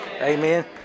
Amen